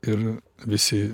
ir visi